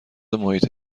محیط